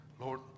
Lord